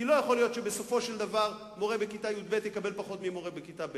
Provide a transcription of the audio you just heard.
לא יכול להיות שבסופו של דבר מורה בכיתה י"ב יקבל פחות ממורה בכיתה ב',